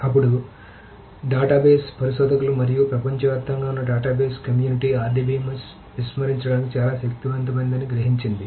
అప్పుడు డేటాబేస్ పరిశోధకులు మరియు ప్రపంచవ్యాప్తంగా ఉన్న డేటాబేస్ కమ్యూనిటీ RDBMS విస్మరించడానికి చాలా శక్తివంతమైనదని గ్రహించింది